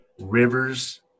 Rivers